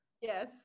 yes